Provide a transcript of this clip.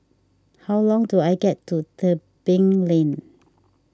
how do I get to Tebing Lane